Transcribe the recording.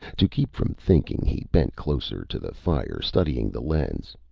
to keep from thinking, he bent closer to the fire, studying the lens.